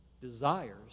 desires